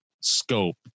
scope